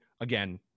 again